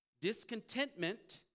Discontentment